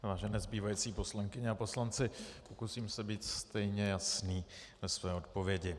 Vážené zbývající poslankyně a poslanci, pokusím se být stejně jasný ve své odpovědi.